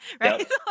Right